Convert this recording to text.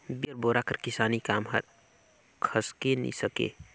बिगर बोरा कर किसानी काम हर खसके नी सके